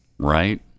Right